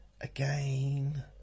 again